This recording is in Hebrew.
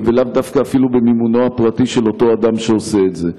אני גם דיברתי לאט וגם השעון אצל היושב-ראש הוא לפי שתי דקות.